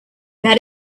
that